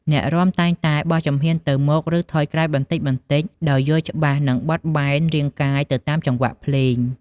អ្នករាំតែងតែបោះជំហានទៅមុខ ឬថយក្រោយបន្តិចៗ ដោយយល់ច្បាស់ និងបត់បែនរាងកាយទៅតាមចង្វាក់ភ្លេង។